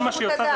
כל מה שהיא עושה,